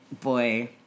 boy